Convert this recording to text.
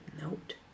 Note